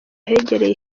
ahegereye